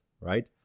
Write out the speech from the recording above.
right